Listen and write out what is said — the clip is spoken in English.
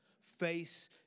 face